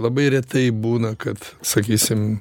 labai retai būna kad sakysim